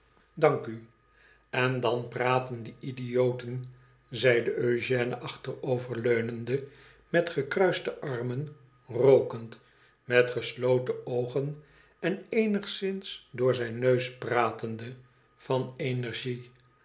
dank u tën dan praten die idioten zeide ëugène achteroverleunende met gekruiste armen rookend met gesloten oogen en eenizins door zijn neus pratende van energie